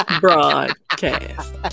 broadcast